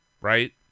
right